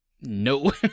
no